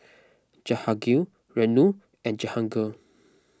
Jahangir Renu and Jehangirr